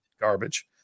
Garbage